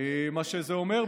מה שזה אומר,